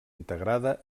integrada